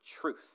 truth